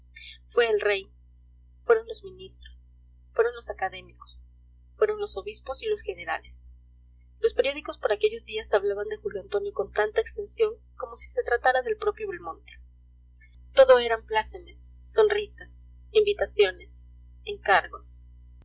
fue el rey fueron los ministros fueron los académicos fueron los obispos y los generales los periódicos por aquellos días hablaban de julio antonio con tanta extensión como si se tratara del propio belmonte todo eran plácemes sonrisas invitaciones encargos